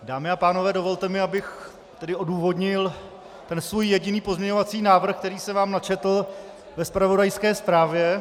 Dámy a pánové, dovolte mi, abych odůvodnil ten svůj jediný pozměňovací návrh, který jsem vám načetl ve zpravodajské zprávě.